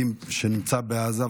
מהמפקדים שנמצא בעזה,